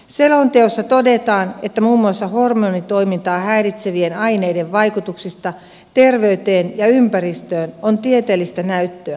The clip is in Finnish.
selonteossa todetaan että muun muassa hormonitoimintaa häiritsevien aineiden vaikutuksesta terveyteen ja ympäristöön on tieteellistä näyttöä